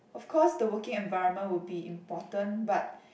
of course the working environment would be important but